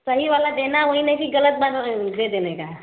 सही वाला देना वही ना कि गलत वाला दे देने का